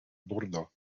bordo